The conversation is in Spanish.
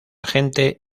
gente